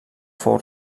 fou